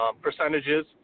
percentages